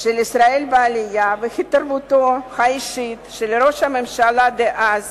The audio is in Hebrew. של ישראל בעלייה והתערבותו האישית של ראש הממשלה דאז